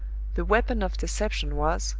the weapon of deception was,